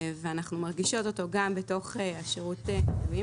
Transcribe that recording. ואנחנו גם מרגישות אותו בתוך שירות המילואים